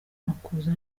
makuza